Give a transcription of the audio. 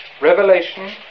Revelation